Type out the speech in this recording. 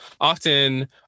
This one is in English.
often